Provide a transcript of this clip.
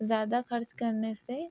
زیادہ خرچ کرنے سے